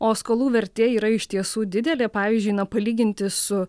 o skolų vertė yra iš tiesų didelė pavyzdžiui na palyginti su